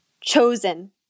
chosen